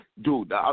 dude